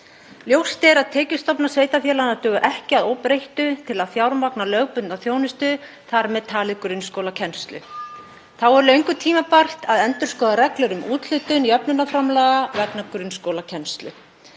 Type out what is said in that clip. Ljóst er að tekjustofnar sveitarfélaganna duga ekki að óbreyttu til að fjármagna lögbundna þjónustu, þar með talið grunnskólakennslu. Þá er löngu tímabært að endurskoða reglur um úthlutun jöfnunarframlaga vegna grunnskólakennslu.